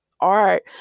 art